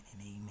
amen